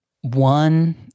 One